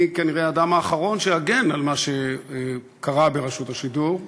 אני כנראה האדם האחרון שיגן על מה שקרה ברשות השידור,